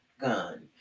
gun